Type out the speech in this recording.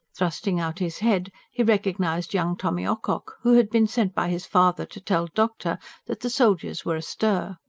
thrusting out his head he recognised young tommy ocock, who had been sent by his father to tell doctor that the soldiers were astir.